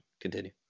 Continue